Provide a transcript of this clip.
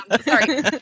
Sorry